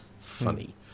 Funny